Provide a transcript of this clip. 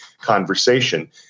conversation